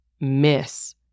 miss